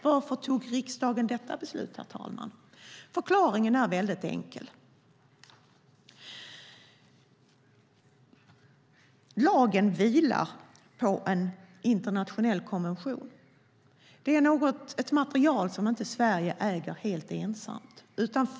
Varför fattade riksdagen detta beslut, herr talman? Förklaringen är mycket enkel. Lagen vilar på en internationell konvention. Det är ett material som Sverige inte äger helt ensamt.